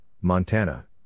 Montana